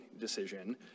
decision